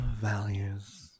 values